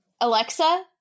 Alexa